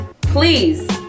Please